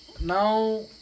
now